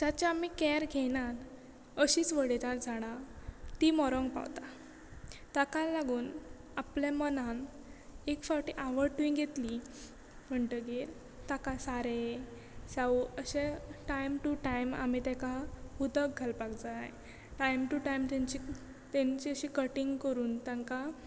जाचे आमी कॅर घेयनात अशीच उडयतात झाडां ती मरूंक पावता ताका लागून आपल्या मनान एक फावटी आवड तुवें घेतली म्हणटकीर ताका सारे सावळ अशे टायम टू टायम आमी ताका उदक घालपाक जाय टायम टू टायम तेंची तेंची अशी कटींग करून तांकां